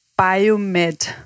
biomed